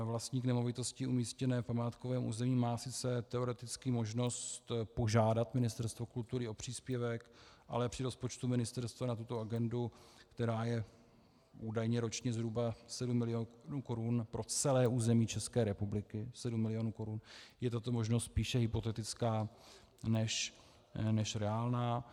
Vlastník nemovitosti umístěné v památkovém území má sice teoreticky možnost požádat Ministerstvo kultury o příspěvek, ale při rozpočtu ministerstva na tuto agendu, která je údajně ročně zhruba 7 milionů korun pro celé území celé České republiky 7 milionů korun je tato možnost spíše hypotetická než reálná.